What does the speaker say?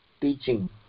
teaching